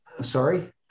Sorry